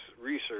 research